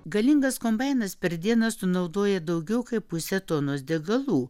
galingas kombainas per dieną sunaudoja daugiau kaip pusę tonos degalų